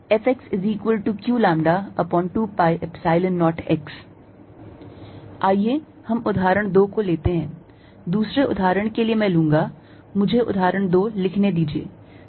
Fxqλ2π0x आइए हम उदाहरण 2 को लेते हैं दूसरे उदाहरण के लिए मैं लूँगा मुझे उदाहरण 2 लिखने दीजिए